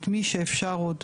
את מי שאפשר עוד.